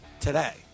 today